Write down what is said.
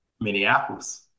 Minneapolis